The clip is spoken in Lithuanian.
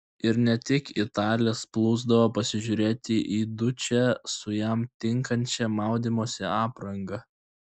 ir ne tik italės plūsdavo pasižiūrėti į dučę su jam tinkančia maudymosi apranga